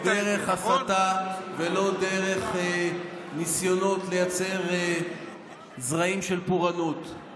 לא דרך הסתה ולא דרך ניסיונות לייצר זרעים של פורענות.